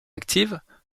actives